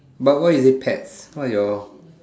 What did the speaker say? but why you say pets why your